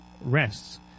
rests